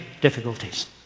difficulties